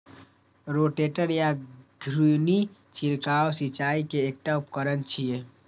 rotator या घुर्णी छिड़काव सिंचाइ के एकटा उपकरण छियै